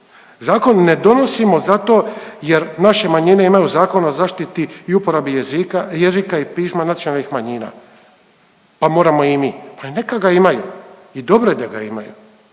Zakon ne donosimo zato jer naše manjine imaju Zakon o zaštiti i uporabi jezika i pisma nacionalnih manjina pa moramo i mi. Pa neka ga imaju i dobro je da ga imaju